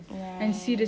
right